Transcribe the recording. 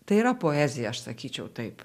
tai yra poezija aš sakyčiau taip